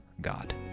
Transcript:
God